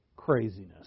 craziness